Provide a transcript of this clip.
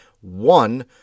One